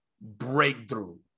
breakthrough